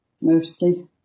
Mostly